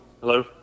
Hello